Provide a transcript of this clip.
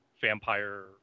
vampire